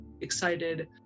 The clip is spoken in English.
excited